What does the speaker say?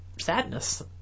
sadness